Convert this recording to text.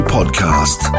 Podcast